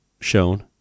shown